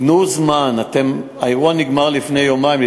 תנו זמן, אתם, האירוע נגמר לפני יומיים.